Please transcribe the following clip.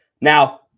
Now